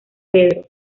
pedro